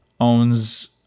owns –